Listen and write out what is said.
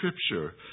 Scripture